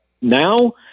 now